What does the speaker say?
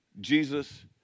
Jesus